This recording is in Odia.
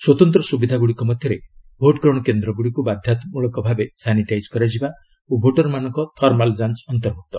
ସ୍ୱତନ୍ତ୍ର ସୁବିଧାଗୁଡ଼ିକ ମଧ୍ୟରେ ଭୋଟ ଗ୍ରହଣ କେନ୍ଦ୍ର ଗୁଡ଼ିକୁ ବାଧ୍ୟତାମୂଳକ ଭାବେ ସାନିଟାଇଜ୍ କରାଯିବା ଓ ଭୋଟରମାନଙ୍କ ଥର୍ମାଲ୍ ଯାଞ୍ ଅନ୍ତର୍ଭୁକ୍ତ